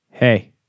Hey